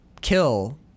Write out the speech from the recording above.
kill